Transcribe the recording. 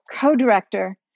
co-director